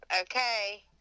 Okay